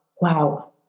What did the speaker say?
Wow